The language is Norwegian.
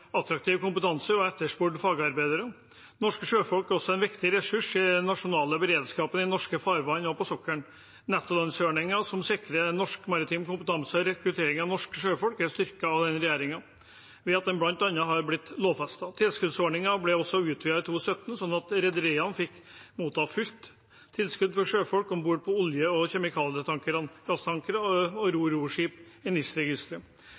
attraktiv kompetanse og er etterspurte fagarbeidere. Norske sjøfolk er også en viktig ressurs i den nasjonale beredskapen i norske farvann og på sokkelen. Nettolønnsordningen som sikrer norsk maritim kompetanse og rekruttering av norske sjøfolk, er styrket av denne regjeringen ved at den bl.a. har blitt lovfestet. Tilskuddsordningen ble også utvidet i 2017, sånn at rederiene fikk motta fullt tilskudd for sjøfolk om bord på olje- og kjemikalietankere, gasstankere og roroskip i